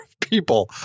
people